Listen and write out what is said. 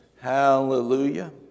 Hallelujah